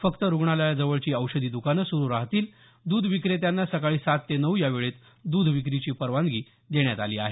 फक्त रुग्णालयाजवळची औषधी द्कानं सुरु राहतील द्ध विक्रेत्यांना सकाळी सात ते नऊ या वेळेत द्ध विक्रीची परवानगी देण्यात आली आहे